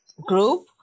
group